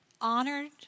honored